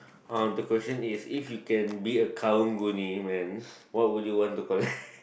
uh the question is if you can be a Karang-Guni man what would you want to collect